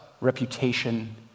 reputation